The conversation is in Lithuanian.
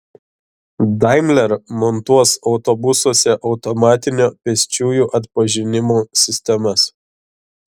daimler montuos autobusuose automatinio pėsčiųjų atpažinimo sistemas